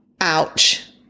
Ouch